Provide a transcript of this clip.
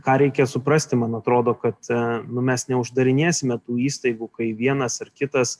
ką reikia suprasti man atrodo kad nu mes neuždarinėsime tų įstaigų kai vienas ar kitas